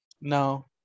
no